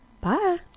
bye